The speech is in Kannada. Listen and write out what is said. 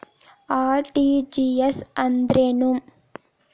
ಆರ್.ಟಿ.ಜಿ.ಎಸ್ ಅಂದ್ರೇನು?